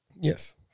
Yes